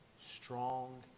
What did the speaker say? strong